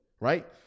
right